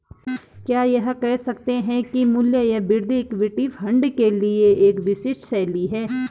क्या यह कह सकते हैं कि मूल्य या वृद्धि इक्विटी फंड के लिए एक विशिष्ट शैली है?